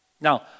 Now